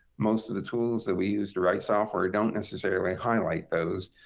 most of the tools that we use to write software don't necessarily highlight those.